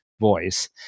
voice